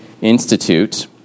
institute